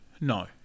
no